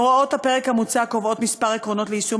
הוראות הפרק המוצע קובעות כמה עקרונות ליישום